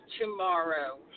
tomorrow